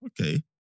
okay